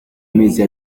amezi